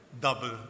double